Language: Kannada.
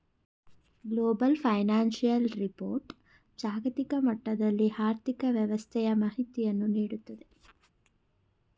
ಗ್ಲೋಬಲ್ ಫೈನಾನ್ಸಿಯಲ್ ರಿಪೋರ್ಟ್ ಜಾಗತಿಕ ಮಟ್ಟದಲ್ಲಿ ಆರ್ಥಿಕ ವ್ಯವಸ್ಥೆಯ ಮಾಹಿತಿಯನ್ನು ನೀಡುತ್ತದೆ